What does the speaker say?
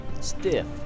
Stiff